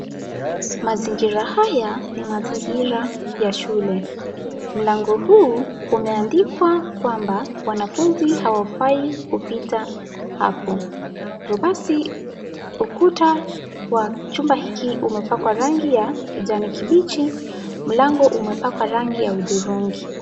Mazingira haya ni mazingira ya shule. Mlango huu umeandikwa kwamba wanafunzi hawafai kupita hapo. Ukita wa chumba wiki umepakwa rangi ya kijani kimbichi, mlango umepakwa rangi ya hudhurungi.